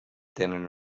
tenen